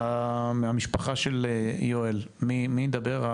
מהמשפחה של יואל, מי ידבר?